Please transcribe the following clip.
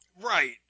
Right